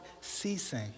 ceasing